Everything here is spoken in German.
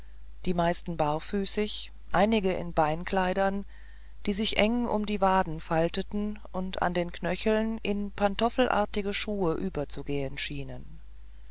die meisten barfüßig einige in beinkleidern die sich eng um die waden falteten und an den knöcheln in die pantoffelartigen schuhe überzugehen schienen